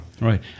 right